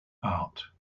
art